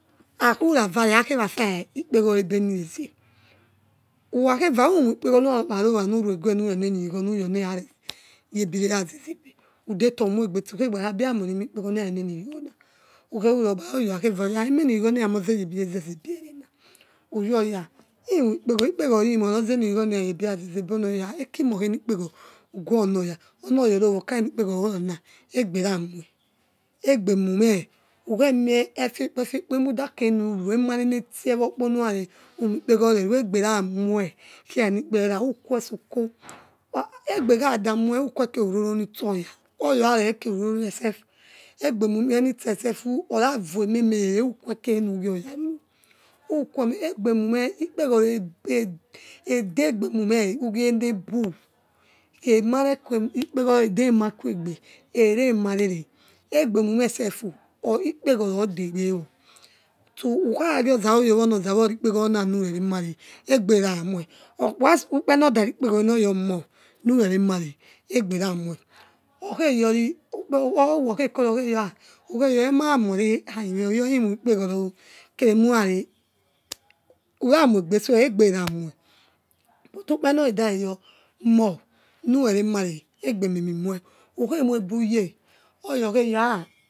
Hakuravane akher fap ikpeghoro ebe nireze akhakevar unnoikpegor merirotapana rowa ravenieñirigh nuyournierareyobirerazezabe udetor umoigbete ukhegbamp aburgoi mikpegoro niravenienirishona ukherurogbang orga okhakhetang or eniri ghong emirera zeyobirezezebe evena whongori ins hemikpeghows ikpegoroimo rozetheviriphang ere yobiezezebe erena ekimokheni kpegoro ugonoya onoya orowa okarenikpegono oworons, esberame egbemine khemilaferepo efekpo emudatkemur emarenetiowkpo uramipegnorere egbe ramue kia eni merera egbekhadamue ukwessko kem roro nitso ya oya okharere kerororo serf egbemumens selfu ora voie merere uque keremigiojaruro ukque egbenume ikpeghoro edegbenrumu ugie nebu khemare kue ikpegoro edemamu eremavere egbemumaselp u ikpegho rodegewo stikhagiozaur yere ond zawo orikpeghorona nureremane egbe ramae i oniother rikpeghorone or ye mo nure remane esbersmoi ukhei owo khe kuro ukheyuri emaramore amimi ove imoikpegoro keremun ne uramwigbesue egberance but i wapere noredugor mor nureremone egbenema mule ukhemoiebuye.